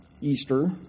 Easter